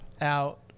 out